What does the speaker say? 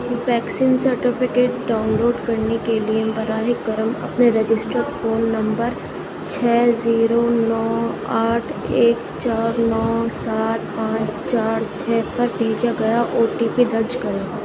vaccine certificate download کرنے کے لیے براہ کرم اپنے رجسٹرڈ فون نمبر چھ زیرو نو آٹھ ایک چار نو سات پانچ چار چھ پر بھیجا گیا او ٹی پی درج کریں